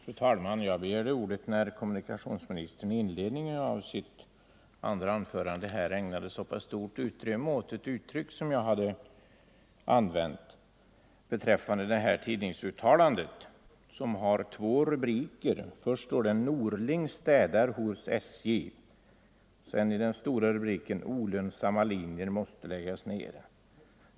Fru talman! Jag begärde ordet när kommunikationsministern i inledningen av sitt andra anförande ägnade stort utrymme åt ett uttryck jag hade använt i samband med tidningsuttalandet. Det har två rubriker. Först står det: Norling städar hos SJ. Sedan lyder den stora rubriken: Olönsamma linjer måste läggas ner.